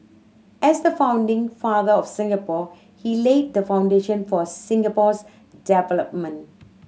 as the founding father of Singapore he laid the foundation for Singapore's development